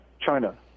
China